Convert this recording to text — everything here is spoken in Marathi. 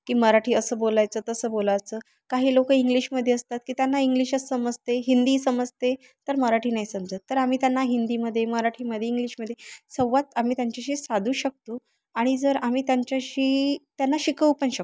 की मराठी असं बोलायचं तसं बोलायचं काही लोकं इंग्लिशमध्ये असतात की त्यांना इंग्लिशच समजते हिंदी समजते तर मराठी नाही समजत तर आम्ही त्यांना हिंदीमध्ये मराठीमध्ये इंग्लिशमध्ये संवाद आम्ही त्यांच्याशी साधू शकतो आणि जर आम्ही त्यांच्याशी त्यांना शिकवू पण शकतो